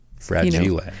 Fragile